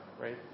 right